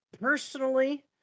Personally